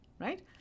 right